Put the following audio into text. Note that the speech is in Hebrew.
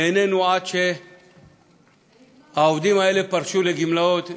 נהנינו עד שהעובדים האלה פרשו לגמלאות,